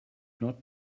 not